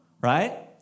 Right